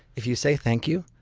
if you say thank you,